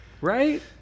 Right